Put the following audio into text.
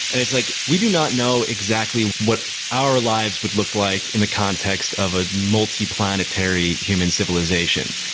and it's like we do not know exactly what our lives would look like in the context of a multi-planetary human civilization.